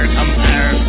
compare